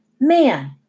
Man